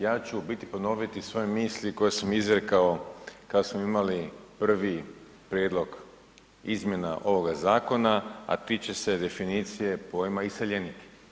Ja ću u biti ponoviti svoje misli koje sam izrekao kad smo imali prvi prijedlog izmjena ovoga zakona, a tiče se definicije pojma iseljenike.